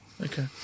Okay